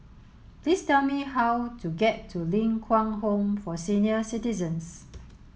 please tell me how to get to Ling Kwang Home for Senior Citizens